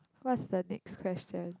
what's the next question